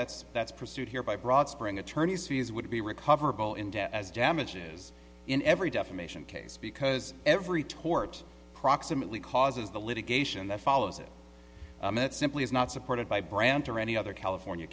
that's that's pursued here by broad spring attorneys fees would be recoverable in debt as damages in every defamation case because every tort proximately causes the litigation that follows it simply is not supported by brandt or any other california